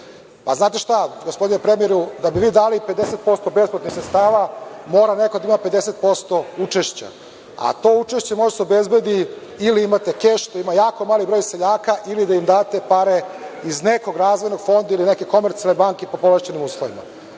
Znate šta, gospodine premijeru, da bi vi dali 50% besplatnih sredstava mora neko da ima 50% učešća, a to učešće može da se obezbedi ili imate keš, što ima jako mali broj seljaka ili da im date pare iz nekog razvojnog fonda ili neke komercijalne banke po povlašćenim uslovima.